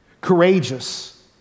courageous